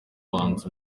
banza